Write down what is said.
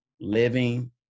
living